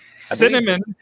Cinnamon